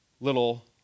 little